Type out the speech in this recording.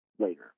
later